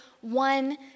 one